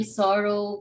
sorrow